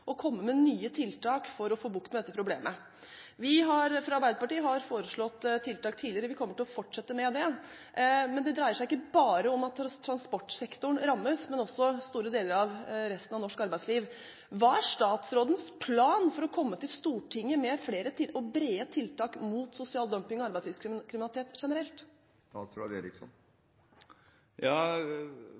komme med nye tiltak for å få bukt med dette problemet. Vi fra Arbeiderpartiet har foreslått tiltak tidligere, vi kommer til å fortsette med det. Men det dreier seg ikke bare om at transportsektoren rammes, også store deler av resten av norsk arbeidsliv rammes. Hva er statsrådens plan for å komme til Stortinget med flere og brede tiltak mot sosial dumping og arbeidslivskriminalitet generelt?